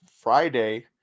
Friday